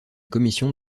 commission